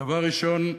דבר ראשון,